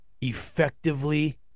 effectively